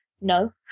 no